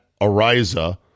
Ariza